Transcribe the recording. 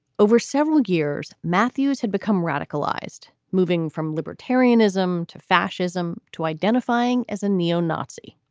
over several years. matthews had become radicalized, moving from libertarianism to fascism to identifying as a neo-nazi